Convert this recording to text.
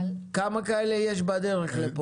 אבל --- כמה כאלה יש בדרך לפה?